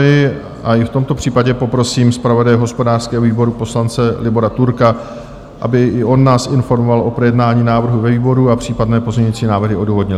I v tomto případě poprosím zpravodaje hospodářského výboru, poslance Libora Turka, aby i on nás informoval o projednání návrhu ve výboru a případné pozměňovací návrhy odůvodnil.